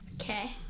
Okay